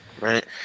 Right